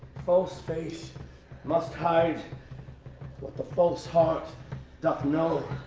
false face must hide what the false heart doth know.